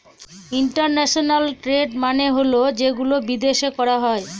international trade মানে হল যেগুলো বিদেশে করা হয়